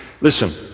Listen